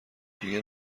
دیگه